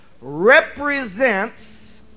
represents